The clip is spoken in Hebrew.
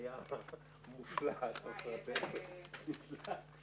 אני שמעתי